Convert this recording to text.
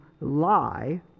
lie